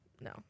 no